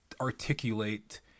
articulate